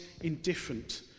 indifferent